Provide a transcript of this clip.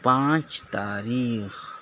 پانچ تاریخ